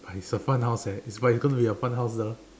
but it's a fun house eh its like go to your fun house ah